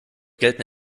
gelten